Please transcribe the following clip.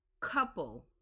couple